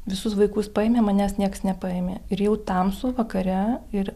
visus vaikus paėmė manęs nieks nepaėmė ir jau tamsu vakare ir